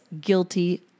guilty